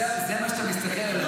הבן-אדם, זה מה שאתה מסתכל, על